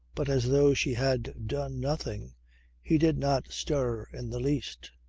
but as though she had done nothing he did not stir in the least.